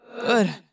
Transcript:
Good